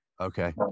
Okay